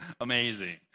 amazing